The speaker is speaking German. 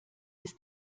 ist